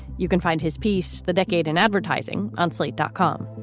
you can find his piece, the decade in advertising on slate dot com.